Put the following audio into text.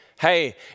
hey